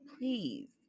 please